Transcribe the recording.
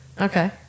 Okay